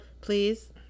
Please